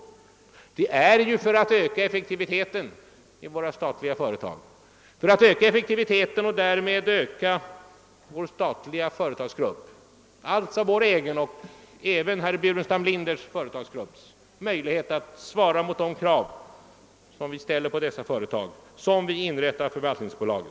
Det är ju tvärtom för att öka effektiviteten i våra statliga företag och därmed förbättra vår statliga företagsgrupps — alltså vår egen och därmed även herr Burenstam Linders företagsgrupps — möjlighet att motsvara de krav vi ställer på företagen i fråga, som vi inrättar förvaltningsbolaget.